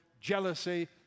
jealousy